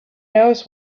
knows